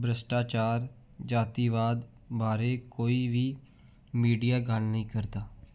ਭ੍ਰਿਸ਼ਟਾਚਾਰ ਜਾਤੀਵਾਦ ਬਾਰੇ ਕੋਈ ਵੀ ਮੀਡੀਆ ਗੱਲ ਨਹੀਂ ਕਰਦਾ